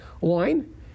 wine